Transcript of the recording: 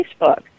Facebook